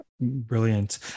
Brilliant